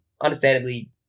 understandably